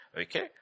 Okay